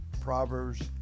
Proverbs